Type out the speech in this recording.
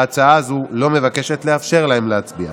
וההצעה הזו לא מבקשת לאפשר להם להצביע.